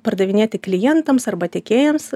pardavinėti klientams arba tiekėjams